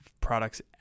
products